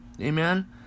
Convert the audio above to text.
Amen